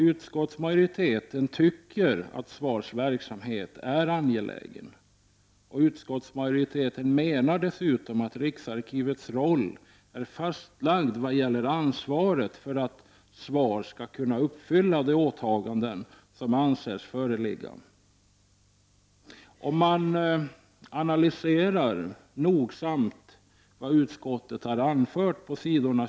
Utskottsmajoriteten tycker att SVARs verksamhet är angelägen. Utskottsmajoriteten menar dessutom att Riksarkivets roll är fastlagd vad gäller ansvaret för att SVAR skall kunna uppfylla de åtaganden som anses föreligga. Om man analyserar nogsamt vad utskottet har anfört på s.